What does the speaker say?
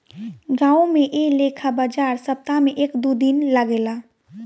गांवो में ऐ लेखा बाजार सप्ताह में एक दू दिन लागेला